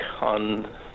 on